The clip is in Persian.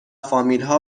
فامیلها